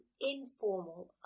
informal